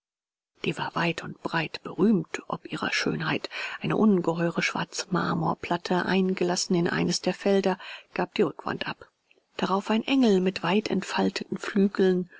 die war weit und breit berühmt ob ihrer schönheit eine ungeheure schwarze marmorplatte eingelassen in eines der felder gab die rückwand ab darauf ein engel mit weitentfalteten flügeln